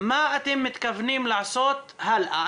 מה אתם מתכוונים לעשות הלאה.